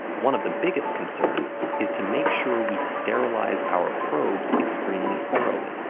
one of the biggest concerns is to make sure we sterilize our probes extremely thoroughly.